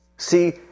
See